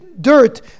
dirt